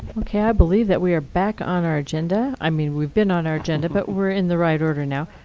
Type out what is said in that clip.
ok, i believe that we are back on our agenda. i mean, we've been on our agenda, but we're in the right order now.